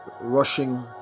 rushing